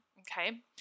okay